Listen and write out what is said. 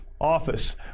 office